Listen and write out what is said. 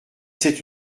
c’est